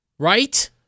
Right